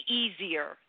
easier